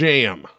Jam